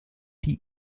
eine